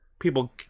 people